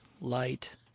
light